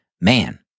man